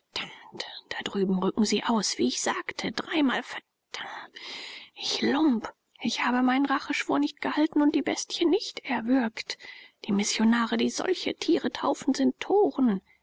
da drüben rücken sie aus wie ich sagte dreimal verd ich lump ich habe meinen racheschwur nicht gehalten und die bestie nicht erwürgt die missionare die solche tiere taufen sind toren